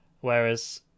whereas